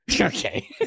Okay